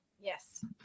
Yes